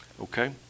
Okay